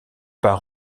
pas